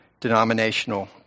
denominational